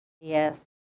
yes